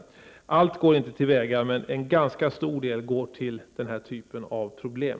Alla pengarna går inte till vägarna, men en ganska stor del går till denna typ av problem.